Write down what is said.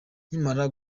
nkimara